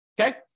okay